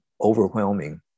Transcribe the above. overwhelming